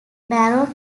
baron